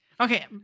Okay